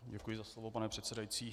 Děkuji za slovo, pane předsedající.